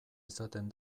izaten